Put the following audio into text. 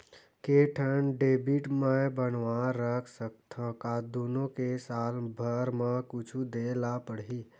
के ठन डेबिट मैं बनवा रख सकथव? का दुनो के साल भर मा कुछ दे ला पड़ही?